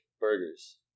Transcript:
burgers